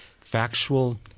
factual